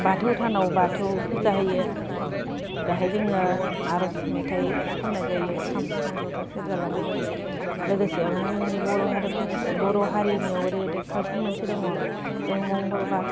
बाथौ थानाव बाथौ फुजा होयो बाहाय जोङो आरज मेथाय खन्नाय जायो खाम सिफुं जथा सेरजा लानानै लोगोसेआवनो जोंनि बर' हारिफोरनि बर' हारिनियाव ओरै कालचार मोनसे दङ जों मंगलबार